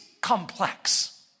complex